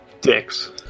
Dicks